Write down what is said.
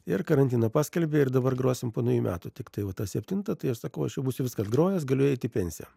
ir karantiną paskelbė ir dabar grosim po naujų metų tiktai va tą septintą tai aš sakau aš jau būsiu viską grojęs galiu eiti į pensiją